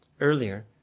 earlier